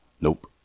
Nope